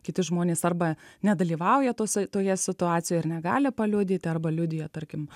kiti žmonės arba nedalyvauja tose toje situacijoje ir negali paliudyti arba liudija tarkim